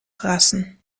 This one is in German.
rassen